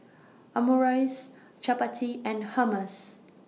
Omurice Chapati and Hummus